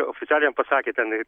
oficialiai jam pasakė ten